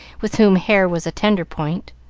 with whom hair was a tender point.